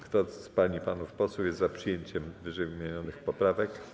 Kto z pań i panów posłów jest za przyjęciem ww. poprawek?